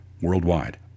worldwide